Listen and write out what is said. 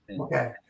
Okay